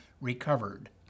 recovered